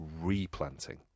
replanting